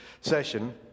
session